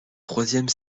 troisième